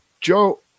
Joe